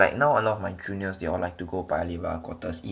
like now a lot of my juniors year they all like to go paya lebar quarter eat